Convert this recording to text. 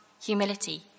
humility